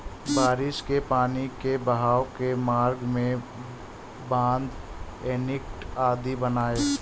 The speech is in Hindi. बारिश के पानी के बहाव के मार्ग में बाँध, एनीकट आदि बनाए